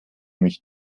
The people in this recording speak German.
mich